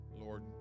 Lord